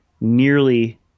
nearly